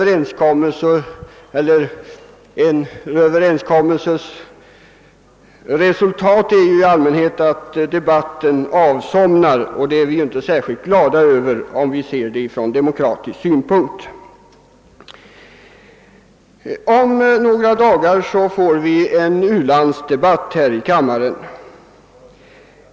Resultatet av en Ööverenskommelse partierna emellan blir i allmänhet att debatten avsomnar, och det är som sagt inte särskilt tillfredsställande, sett från demokratisk synpunkt. Om några dagar får vi en u-landsdebatt här i kammaren.